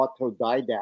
autodidact